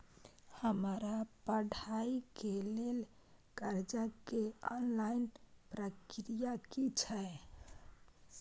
हमरा पढ़ाई के लेल कर्जा के ऑनलाइन प्रक्रिया की छै?